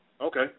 Okay